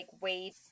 wait